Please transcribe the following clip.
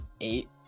eight